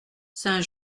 saint